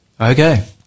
Okay